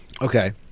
Okay